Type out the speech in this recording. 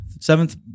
Seventh